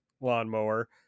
lawnmower